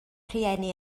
rhieni